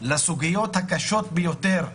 לסוגיות הקשות ביותר,